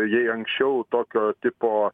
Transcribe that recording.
jei anksčiau tokio tipo